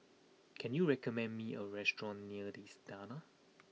can you recommend me a restaurant near The Istana